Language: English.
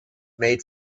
made